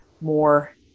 more